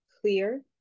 clear